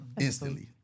instantly